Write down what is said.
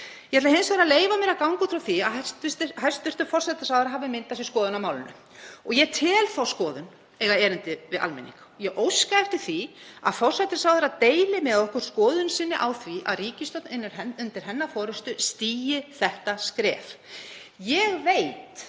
Ég ætla hins vegar að leyfa mér að ganga út frá því að hæstv. forsætisráðherra hafi myndað sér skoðun á málinu og ég tel þá skoðun eiga erindi við almenning. Ég óska eftir því að forsætisráðherra deili með okkur skoðun sinni á því að ríkisstjórn undir hennar forystu stígi þetta skref. Ég veit